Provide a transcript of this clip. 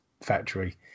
factory